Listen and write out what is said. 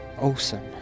Awesome